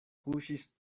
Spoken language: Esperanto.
kuŝis